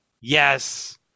Yes